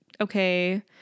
okay